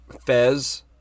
Fez